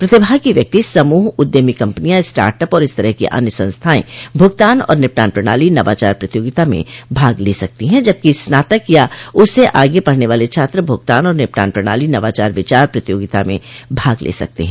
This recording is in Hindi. प्रतिभागी व्यक्ति समूह उद्यमी कंपनियां स्टार्टअप और इस तरह की अन्य संस्थाएं भूगतान और निपटान प्रणाली नवाचार प्रतियोगिता में भाग ले सकती हैं जबकि स्नातक या उससे आगे पढ़ने वाले छात्र भुगतान और निपटान प्रणाली नवाचार विचार प्रतियोगिता में भाग ले सकते हैं